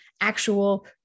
actual